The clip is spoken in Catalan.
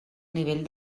nivell